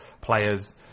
players